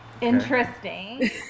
Interesting